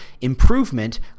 improvement